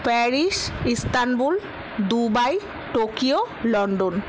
Paris Istanbul Dubai Tokyo London